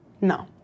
No